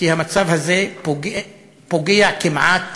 כי המצב הזה פוגע כמעט